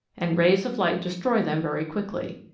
and rays of light destroy them very quickly.